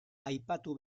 aipatu